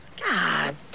God